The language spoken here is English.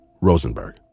Rosenberg